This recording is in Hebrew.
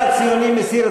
עאידה תומא סלימאן,